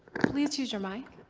please use your mic.